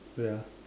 wait ah